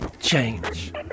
change